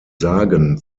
sagen